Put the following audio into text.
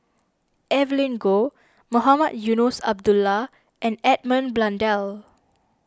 Evelyn Goh Mohamed Eunos Abdullah and Edmund Blundell